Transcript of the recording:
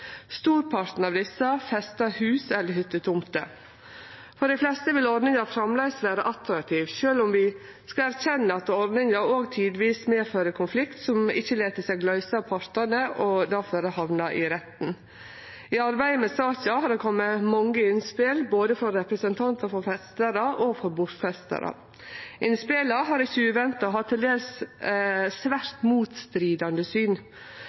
Storparten av desse festar hus- eller hyttetomter. For dei fleste vil ordninga framleis vere attraktiv, sjølv om vi skal erkjenne at ordninga òg tidvis medfører konflikt som ikkje lèt seg løyse av partane, og difor hamnar i retten. I arbeidet med saka har det kome mange innspel, både frå representantar for festarar og for bortfestarar. Innspela har ikkje uventa hatt til dels svært motstridande syn.